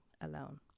alone